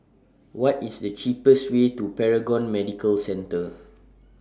What IS The cheapest Way to Paragon Medical Centre